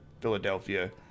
Philadelphia